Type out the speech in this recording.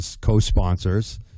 co-sponsors